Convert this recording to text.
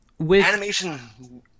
animation